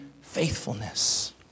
faithfulness